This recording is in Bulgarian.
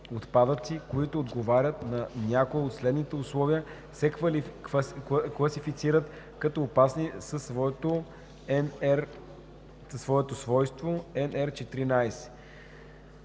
„Отпадъци, които отговарят на някое от следните условия, се класифицират като опасни със свойство HP 14: